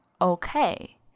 okay